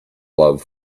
love